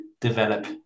develop